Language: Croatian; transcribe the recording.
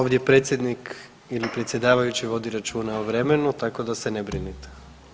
Ovdje predsjednik ili predsjedavajući vodi računa o vremenu, tako da se ne brinete.